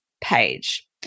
page